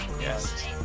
Yes